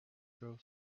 grow